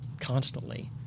constantly